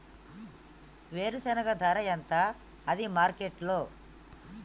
వేరుశెనగ ధర ఎంత ఉంది మార్కెట్ లో?